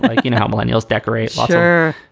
like you know how millennials decorate? laughter.